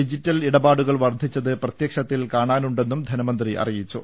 digital ഇടപാടുകൾ വർധിച്ചത് പ്രത്യക്ഷത്തിൽ കാണാനു ണ്ടെന്നും ധനമന്ത്രി അറിയിച്ചു